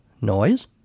Noise